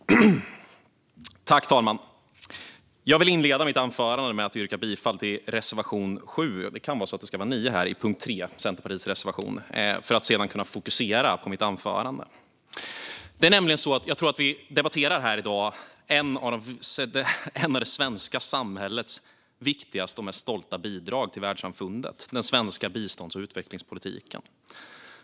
Herr talman! Jag vill inleda mitt anförande med att yrka bifall till Centerpartiets reservation 7 under punkt 3, för att sedan kunna fokusera på mitt anförande. Vi debatterar nämligen här i dag ett av det svenska samhällets viktigaste och mest stolta bidrag till världssamfundet: den svenska bistånds och utvecklingspolitiken.